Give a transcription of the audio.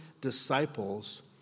disciples